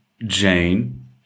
Jane